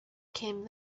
came